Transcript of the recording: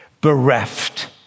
bereft